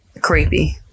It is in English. creepy